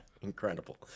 incredible